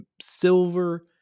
silver